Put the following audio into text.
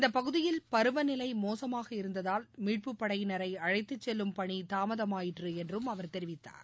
இந்தப்பகுதியில் பருவநிலை மோசமாக இருந்ததால் மீட்பு படையினரை அழைத்து செல்லும் பணி தாமதமாயிற்று என்றும் அவர் தெரிவித்தார்